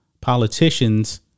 politicians